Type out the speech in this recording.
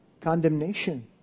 condemnation